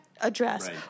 address